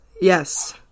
yes